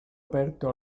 aperto